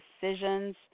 decisions